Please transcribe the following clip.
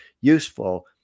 useful